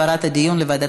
במליאה.